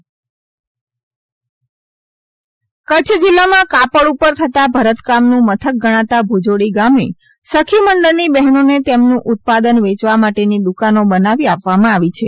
જીલ્લા ગ્રામ વિકાસ એજન્સી કચ્છ જિલ્લામા કાપડ ઉપર થતા ભરતકામનું મથક ગણાતા ભૂજોડી ગામે સખીમંડળની બહેનોને તેમનું ઉત્પાદન વેચવા માટેની દુકાનો બનાવી આપવામાં આવી છે